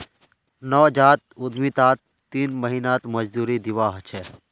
नवजात उद्यमितात तीन महीनात मजदूरी दीवा ह छे